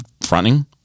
fronting